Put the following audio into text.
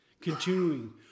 Continuing